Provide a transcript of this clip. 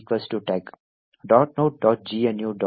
note